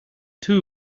two